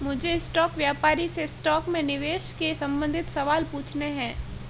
मुझे स्टॉक व्यापारी से स्टॉक में निवेश के संबंधित सवाल पूछने है